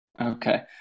Okay